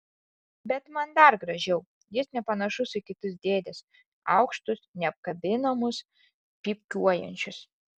bet man dar gražiau jis nepanašus į kitus dėdes aukštus neapkabinamus pypkiuojančius